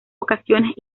ocasiones